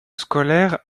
scolaire